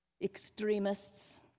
extremists